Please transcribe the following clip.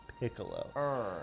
Piccolo